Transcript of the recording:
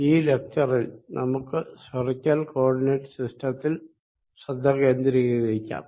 ഈ ലെക്ച്ചറിൽ നമുക്ക് സ്ഫറിക്കൽ കോ ഓർഡിനേറ്റു സിസ്റ്റത്തിൽ ശ്രദ്ധ കേന്ദ്രീകരിക്കാം